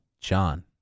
John